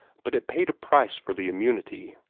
but it paid a price for the immunity.